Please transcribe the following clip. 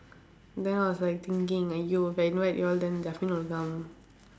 then I was like thinking !aiyo! if I invite you all then justin will come